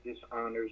dishonors